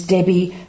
Debbie